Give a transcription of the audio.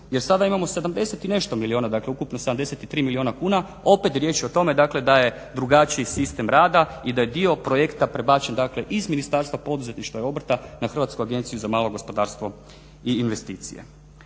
jer sada imamo 70 i nešto milijuna, dakle ukupno 73 milijuna kuna. Opet je riječ o tome, dakle da je drugačiji sistem rada i da je dio projekta prebačen, dakle iz Ministarstva poduzetništva i obrta na Hrvatsku agenciju za malo gospodarstvo i investicije.